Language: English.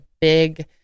big